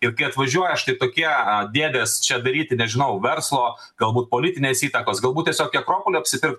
juk jie atvažiuoja štai tokie dėdės čia daryti nežinau verslo galbūt politinės įtakos galbūt tiesiog į akropolį apsipirkt